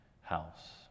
house